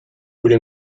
gure